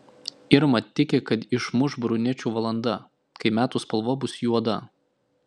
irma tiki kad išmuš brunečių valanda kai metų spalva bus juoda